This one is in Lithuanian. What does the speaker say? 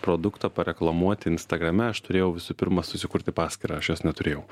produktą pareklamuot instagrame aš turėjau visų pirma susikurti paskyrą aš jos neturėjau